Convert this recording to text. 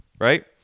right